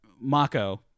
mako